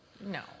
No